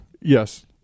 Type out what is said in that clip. Yes